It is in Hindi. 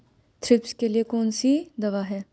थ्रिप्स के लिए कौन सी दवा है?